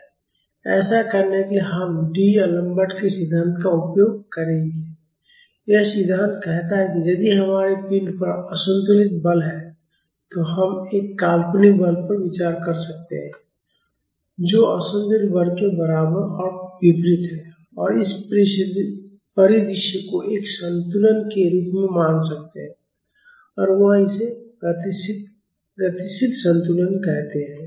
ऐसा करने के लिए हम डी अलेम्बर्ट D Alembert's के सिद्धांत का उपयोग करेंगे यह सिद्धांत कहता है कि यदि हमारे पिंड पर असंतुलित बल है तो हम एक काल्पनिक बल पर विचार कर सकते हैं जो असंतुलित बल के बराबर और विपरीत है और इस परिदृश्य को एक संतुलन के रूप में मान सकते हैं और वह इसे गतिशील संतुलन कहते हैं